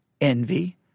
envy